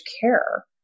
care